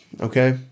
okay